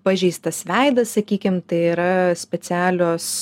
pažeistas veidas sakykim tai yra specialios